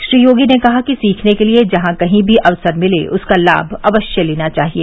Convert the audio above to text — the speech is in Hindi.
श्री योगी ने कहा कि सीखने के लिये जहां कहीं भी अवसर मिले उसका लाभ अवश्य लेना चाहिए